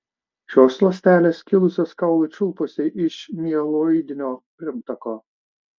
šios ląstelės kilusios kaulų čiulpuose iš mieloidinio pirmtako